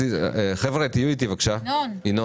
הזה --- חבר'ה, תהיו איתי בבקשה, ינון.